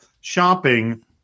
shopping